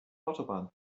autobahn